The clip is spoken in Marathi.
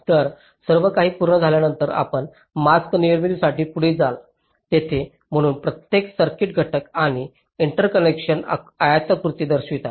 तर सर्वकाही पूर्ण झाल्यानंतर आपण मास्क निर्मितीसाठी पुढे जाल जेथे म्हणून प्रत्येक सर्किट घटक आणि इंटरकनेक्शन आयताकृती दर्शवितात